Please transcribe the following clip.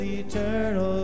eternal